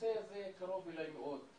הנושא הזה קרוב אלי מאוד.